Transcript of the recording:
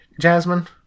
Jasmine